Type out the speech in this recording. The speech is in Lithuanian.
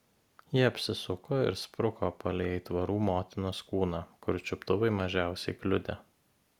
ji apsisuko ir spruko palei aitvarų motinos kūną kur čiuptuvai mažiausiai kliudė